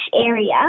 area